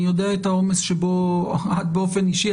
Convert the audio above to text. אני יודע את העומס שבו את באופן אישי,